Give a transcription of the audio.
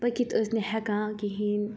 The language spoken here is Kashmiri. پٔکِتھ ٲسۍ نہٕ ہیٚکان کہیٖنۍ